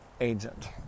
agent